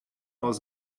aus